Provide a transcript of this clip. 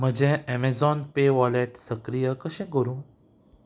म्हजें Amazon Pay wallet सक्रीय कशें करूं